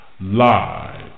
Live